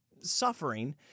suffering